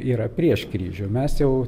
yra prieš kryžių mes jau